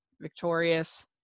victorious